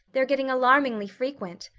they're getting alarmingly frequent.